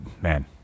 Man